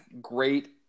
great